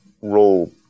role